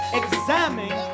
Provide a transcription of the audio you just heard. examine